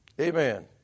Amen